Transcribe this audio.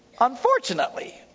unfortunately